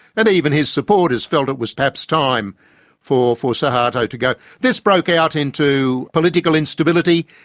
and even his supporters felt it was perhaps time for for suharto to go. this broke out into political instability,